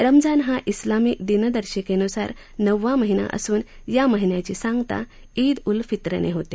रमजान हा स्लामी दिनदशिकेनुसार नववा महिना असून या महिन्याची सांगता डे उल फितर ने होते